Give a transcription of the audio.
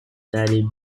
daley